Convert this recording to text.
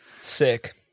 Sick